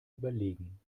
überlegen